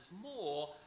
more